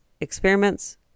experiments